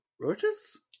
roaches